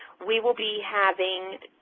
we will be having